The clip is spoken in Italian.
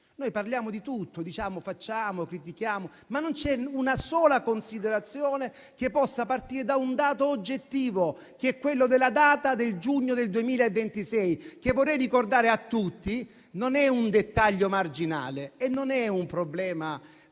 Parliamo di tutto, diciamo, facciamo e critichiamo, ma non c'è una sola considerazione che possa partire da un dato oggettivo, che è quello della data del giugno 2026. Vorrei ricordare a tutti che non è un dettaglio marginale e non è un problema di